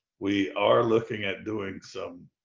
we are looking at doing some